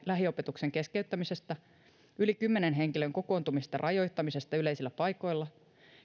lähiopetuksen keskeyttämisestä yli kymmenen henkilön kokoontumisten rajoittamisesta yleisillä paikoilla